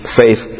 faith